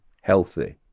healthy